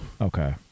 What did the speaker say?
Okay